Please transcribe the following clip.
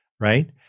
Right